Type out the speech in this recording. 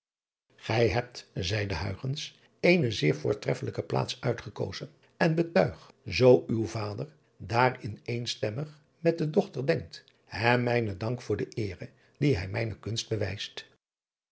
ij hebt zeide eene zeer voortreffelijke plaats uitgekozen en betuig zoo uw vader daarin eenstemmig met de dochter denkt hem mijnen dank voor de eere die hij mijne kunst bewijst